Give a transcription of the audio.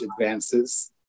advances